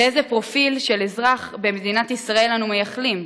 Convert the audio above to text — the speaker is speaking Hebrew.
לאיזה פרופיל של אזרח במדינת ישראל אנו מייחלים?